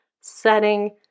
setting